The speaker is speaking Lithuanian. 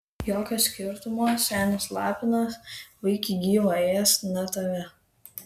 jokio skirtumo senis lapinas vaikį gyvą ės ne tave